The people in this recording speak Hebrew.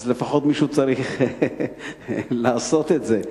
אז לפחות מישהו צריך לעשות את זה.